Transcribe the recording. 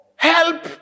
Help